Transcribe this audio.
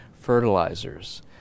fertilizers